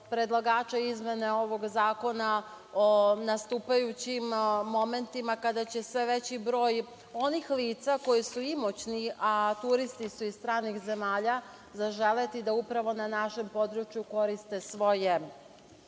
predlagača izmene ovog zakona, o nastupajućim momentima kada će sve veći broj onih lica koji su imućni, a turisti su iz stranih zemalja, zaželeti da upravo na našem području koriste svoje